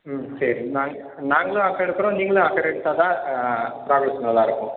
ம் சரி நாங்க நாங்களும் அக்கறை எடுக்கிறோம் நீங்களும் அக்கறை எடுத்தால் தான் ப்ராக்ரஸ் நல்லாருக்கும்